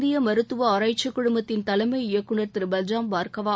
இந்திய மருத்துவ ஆராய்ச்சி குழுமத்தின் தலைமை இயக்குனர் திரு பல்ராம் பார்கவ்